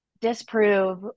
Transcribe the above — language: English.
disprove